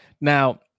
Now